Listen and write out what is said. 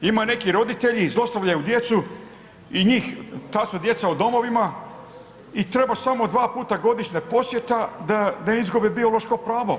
Imaju neki roditelji, zlostavljaju dijete i njih, ta su djeca u domovima i treba samo dva puta godišnja posjeta da izgube biološko pravo.